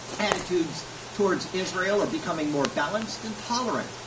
attitudes towards israel are becoming more balanced and tolerant,